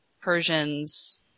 Persians